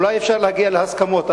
אולי אפשר להגיע להסכמות,